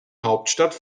hauptstadt